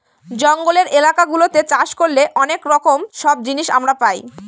জঙ্গলের এলাকা গুলাতে চাষ করলে অনেক রকম সব জিনিস আমরা পাই